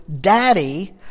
daddy